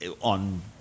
on